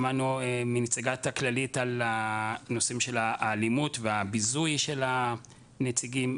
שמענו מנציגת הכללית על הנושאים של האלימות והביזוי של הנציגים.